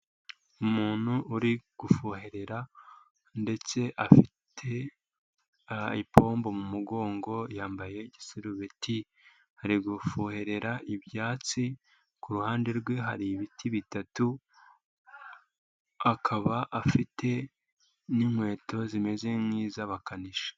Umuntu uri gufoherera ndetse afite ipombo mu mugongo, yambaye igiserubeti ari gufuherera ibyatsi, ku ruhande rwe hari ibiti bitatu akaba afite n'inkweto zimeze nk'iz'abakanishi.